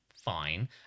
fine